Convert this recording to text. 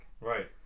Right